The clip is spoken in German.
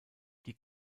die